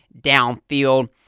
downfield